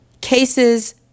cases